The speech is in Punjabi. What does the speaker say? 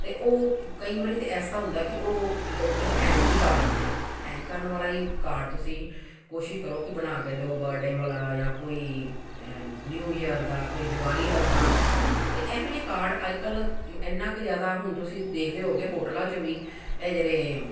ਅਤੇ ਉਹ ਕਈ ਵਾਰੀ ਤਾਂ ਇਸ ਤਰ੍ਹਾਂ ਹੁੰਦਾ ਕਿ ਉਹ ਲੋਕ ਹੈਂਗ ਵੀ ਕਰ ਲੈਂਦੇ ਹੈ ਹੈਂਗ ਕਰਨ ਵਾਲਾ ਹੀ ਕਾਰਡ ਤੁਸੀਂ ਕੋਸ਼ਿਸ਼ ਕਰੋ ਕਿ ਬਣਾ ਕੇ ਦਿਉ ਬਰਡੇ ਵਾਲਾ ਜਾਂ ਕੋਈ ਨਿਊ ਈਅਰ ਦਾ ਕੋਈ ਦਿਵਾਲੀ ਦਾ ਕਾਰਡ ਹੈ ਤਾਂ ਇਹੋ ਜਿਹੇ ਕਾਰਡ ਅੱਜ ਕੱਲ੍ਹ ਇੰਨਾ ਕੁ ਜ਼ਿਆਦਾ ਹੁਣ ਤੁਸੀਂ ਦੇਖਦੇ ਹੋਊਗੇ ਹੋਟਲਾਂ 'ਚ ਵੀ ਹੈ ਜਿਹੜੇ